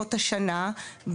בעונות השנה,